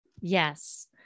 Yes